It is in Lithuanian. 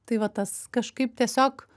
tai va tas kažkaip tiesiog